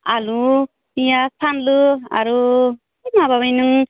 आलु पियास फानलु आरु ओइ माबा बे नों